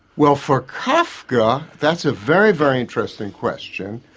well for kafka, that's a very very interesting question.